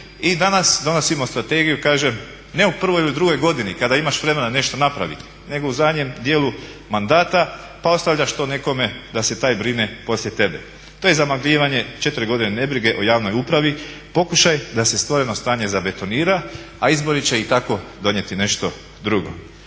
i danas donosimo strategiju kaže ne u prvoj ili drugoj godini kada imaš vremena nešto napraviti nego u zadnjem dijelu mandata pa ostavljaš to nekome da se taj brine poslije tebe. To je zamagljivanje 4 godine nebrige o javnoj upravi, pokušaj da se stvoreno stanje zabetonira, a izbori će i tako donijeti nešto drugo.